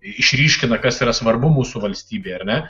išryškina kas yra svarbu mūsų valstybei ar ne